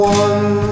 one